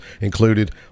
included